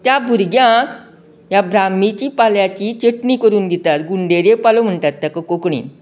त्या भुरग्यांक ह्या भ्राम्मीची पाल्याची चेटणी करून दितात गुंडेरी पालो म्हणटात तेका कोंकणीन